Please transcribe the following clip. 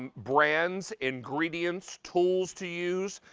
and brands, ingredients, tools to use,